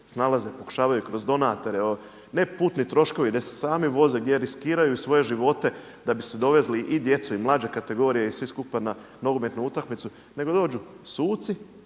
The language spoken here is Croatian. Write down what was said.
snalaze, pokušavaju kroz donatore, ne putni troškovi, gdje se sami voze, gdje riskiraju svoje živote da bi dovezli i djecu i mlađe kategorije i svi skupa na nogometnu utakmicu nego dođu suci